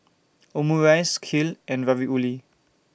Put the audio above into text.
Omurice Kheer and Ravioli